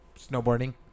snowboarding